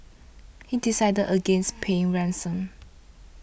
he decided against paying ransom